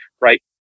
right